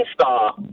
Star